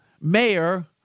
mayor